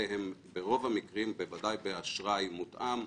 בוודאי באשראי מותאם,